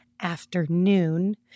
Afternoon